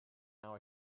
now